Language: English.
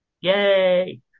Yay